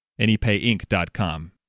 AnyPayInc.com